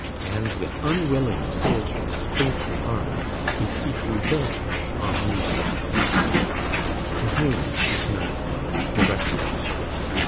and, with unwilling soldiers faintly arm'd, to seek revenge on me and tamburlaine to whom, sweet menaphon, direct me straight.